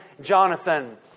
Jonathan